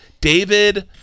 david